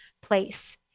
place